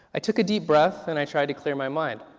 i took a deep breath and i tried to clear my bind.